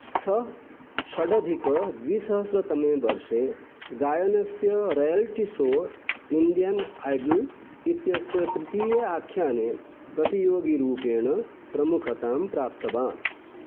सः षडधिकद्विसहस्रतमे वर्षे गायनस्य रेयाल्टी सो इण्डियन् ऐडल् इत्यस्य तृतीये आख्याने प्रतियोगिरूपेण प्रमुखतां प्राप्तवान्